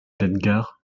d’edgard